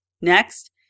Next